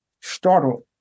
Startled